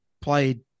played